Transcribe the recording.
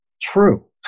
true